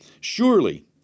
Surely